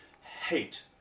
hate